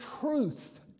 truth